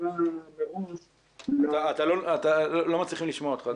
--- לא מצליחים לשמוע אותך.